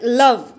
love